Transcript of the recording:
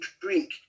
drink